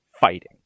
fighting